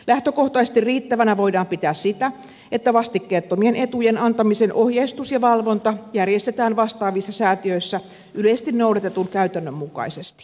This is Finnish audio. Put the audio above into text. lähtökohtaisesti riittävänä voidaan pitää sitä että vastikkeettomien etujen antamisen ohjeistus ja valvonta järjestetään vastaavissa säätiöissä yleisesti noudatetun käytännön mukaisesti